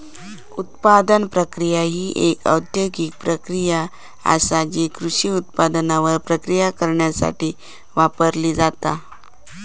उत्पादन प्रक्रिया ही एक औद्योगिक प्रक्रिया आसा जी कृषी उत्पादनांवर प्रक्रिया करण्यासाठी वापरली जाता